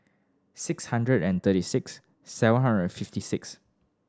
six hundred and thirty six seven hundred and fifty six